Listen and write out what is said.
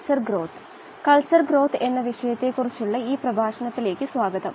L online certification കോഴ്സിലെ പ്രഭാഷണം 15 ലേക്ക് സ്വാഗതം